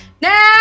now